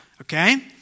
okay